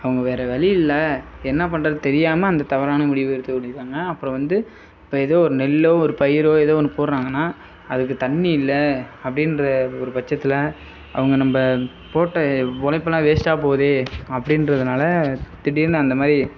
அவங்க வேறு வழியில்லை என்ன பண்ணுறதுன்னு தெரியாம அந்த தவறான முடிவு எடுத்துக் கொண்டிருக்காங்க அப்புறம் வந்து எப்போ ஏதோ நெல்லோ ஒரு பயிரோ ஏதோ ஒன்று போட்றாங்கன்னா அதுக்கு தண்ணி இல்லை அப்படின்ற ஒரு பட்சத்தில் அவங்க நம்ப போட்ட உழைப்புலான் வேஸ்ட்டாக போதே அப்படின்றதனால திடீர்னு அந்தமாதிரி